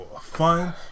Fun